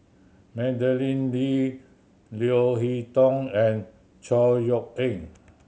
Madeleine Lee Leo Hee Tong and Chor Yeok Eng